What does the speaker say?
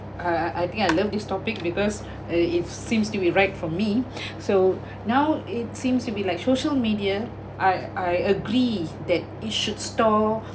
uh I think I love this topic because uh it seems to be right for me so now it seems to be like social media I I agree that it should store